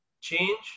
change